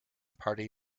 party